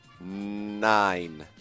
nine